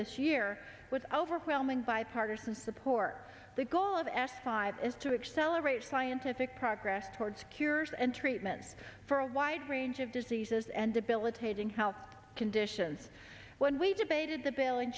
this year with overwhelming bipartisan support the goal of s five is to accelerate scientific progress towards cures and treatments for a wide range of diseases and debilitating health conditions when we debated the bill in